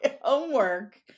homework